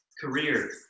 career